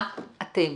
מה אתם